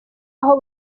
aho